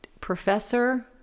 professor